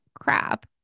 crap